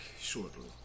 shortly